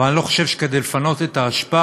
אבל אני לא חושב שכדי לפנות את האשפה